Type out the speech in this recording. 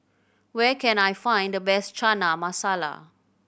where can I find the best Chana Masala